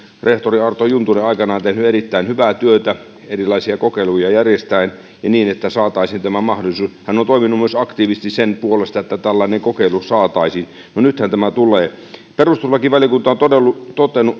rehtori arto juntunen aikanaan tehnyt erittäin hyvää työtä erilaisia kokeiluja järjestäen ja niin että saataisiin tämä mahdollisuus hän on toiminut myös aktiivisesti sen puolesta että tällainen kokeilu saataisiin no nythän tämä tulee perustuslakivaliokunta on todennut